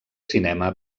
cinema